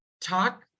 talk